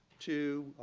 to